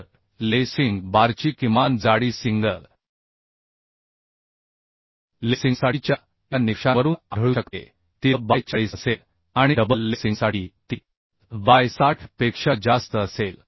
तर लेसिंग बारची किमान जाडी सिंगल लेसिंगसाठीच्या या निकषांवरून आढळू शकते ती L बाय 40 असेल आणि डबल लेसिंगसाठी ती L बाय 60 पेक्षा जास्त असेल